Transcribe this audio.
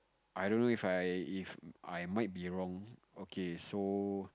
I don't know If I If I might be wrong okay so